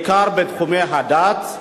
בעיקר בתחומי הדת,